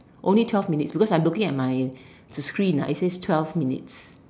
only twelve minutes because I'm looking at my the screen ah it says twelve minutes